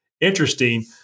interesting